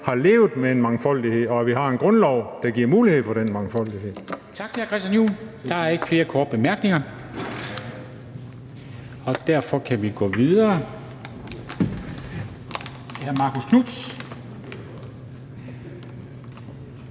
har levet med en mangfoldighed og har en grundlov, der giver mulighed for den mangfoldighed.